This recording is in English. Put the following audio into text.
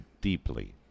deeply